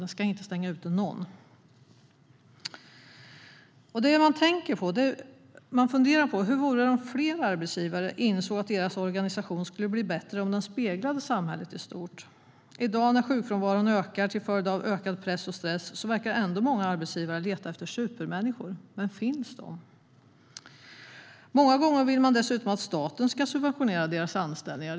Den ska inte stänga ute någon. Det man funderar på är hur det vore om fler arbetsgivare insåg att deras organisation skulle bli bättre om den speglade samhället i stort. I dag när sjukfrånvaron ökar till följd av ökad press och stress verkar ändå många arbetsgivare leta efter supermänniskor. Men finns de? Många gånger vill arbetsgivare dessutom att staten ska subventionera deras anställningar.